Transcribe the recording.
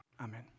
Amen